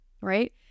right